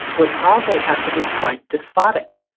would probably have to be quite despotic.